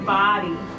body